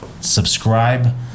subscribe